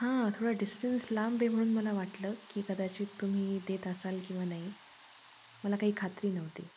हां थोडा डिस्टन्स लांब आहे म्हणून मला वाटलं की कदाचित तुम्ही देत असाल किंवा नाही मला काही खात्री नव्हती